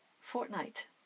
fortnight